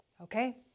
Okay